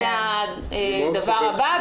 זה הדבר הבא.